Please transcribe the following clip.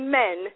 men